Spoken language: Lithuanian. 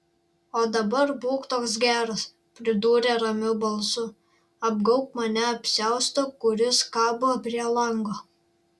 o dabar būk toks geras pridūrė ramiu balsu apgaubk mane apsiaustu kuris kabo prie lango